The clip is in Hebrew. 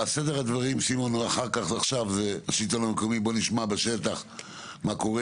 סדר-הדברים: השלטון המקומי נשמע בשטח מה קורה,